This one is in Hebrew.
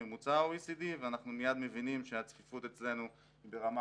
את ממוצע ה-OECD ואנחנו מייד מבינים שהצפיפות אצלנו היא ברמה